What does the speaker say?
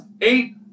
eight